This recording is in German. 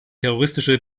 terroristische